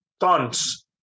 tons